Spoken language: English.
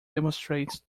demonstrates